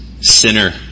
sinner